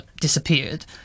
disappeared